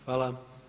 Hvala.